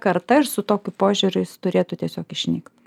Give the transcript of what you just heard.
karta ir su tokiu požiūriu jis turėtų tiesiog išnykt